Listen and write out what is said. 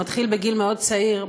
זה מתחיל בגיל מאוד צעיר,